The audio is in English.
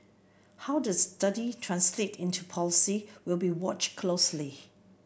how the study translates into policy will be watched closely